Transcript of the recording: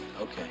Okay